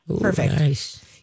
Perfect